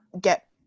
get